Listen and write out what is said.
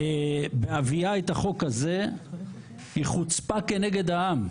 בהביאה את החוק הזה היא חוצפה כנגד העם.